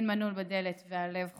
// אין מנעול בדלת והלב חופשי.